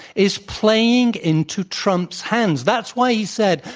is playing into trump's hands. that's why he said,